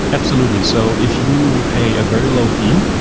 absolutely. so if you pay a very low fee,